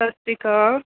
ਸਤਿ ਸ਼੍ਰੀ ਅਕਾਲ